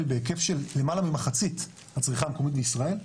בהיקף של למעלה ממחצית הצריכה המקומית בישראל,